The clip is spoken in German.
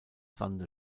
sande